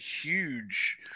huge –